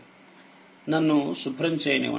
నన్ను శుభ్రం చేయనివ్వండి